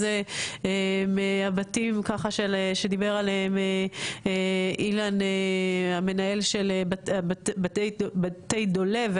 ואם אלו הבתים שדיבר עליהם אילן המנהל של בתי דולב,